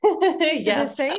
Yes